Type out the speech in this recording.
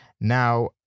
Now